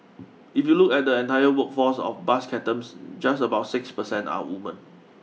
if you look at the entire workforce of bus captains just about six percent are women